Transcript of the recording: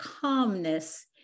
calmness